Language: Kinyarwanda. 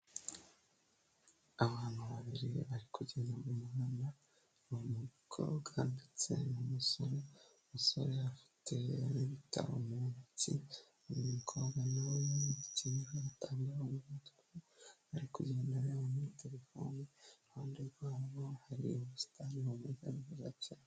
Abantu babiri bari kugenda mu muhanda ni umukobwa ndetse n'umusosore, umusore afite ibitabo mu ntoki umukobwa nawe yikenyeyee agatambaro mumutwe ari kugenda areba muri telefone, iruhande rwabo hari ubusitani mu majyaruguru yacyo.